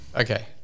Okay